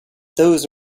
those